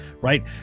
Right